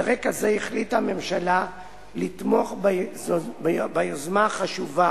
על רקע זה החליטה הממשלה לתמוך ביוזמה החשובה